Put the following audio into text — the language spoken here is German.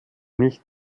nicht